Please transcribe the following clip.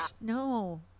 No